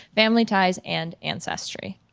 family ties and ancestry?